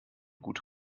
gute